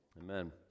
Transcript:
amen